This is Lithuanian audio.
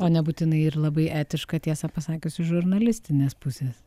o nebūtinai ir labai etiška tiesą pasakius iš žurnalistinės pusės